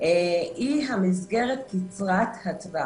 היא המסגרת קצרת הטווח.